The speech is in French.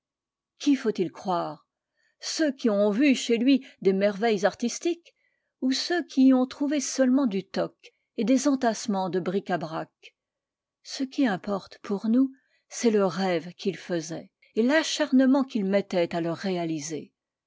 qui faut-il croire ceux qui ont vu chez lui des merveilles artistiques ou ceux qui y ont trouvé seulement du toc et des entassements de bric à brac p ce qui importe pour nous c'est le rêve qu'il faisait et l'acharnement qu'il mettait à le réaliser